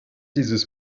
dieses